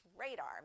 radar